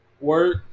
work